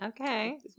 okay